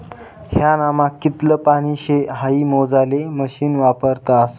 ह्यानामा कितलं पानी शे हाई मोजाले मशीन वापरतस